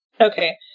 Okay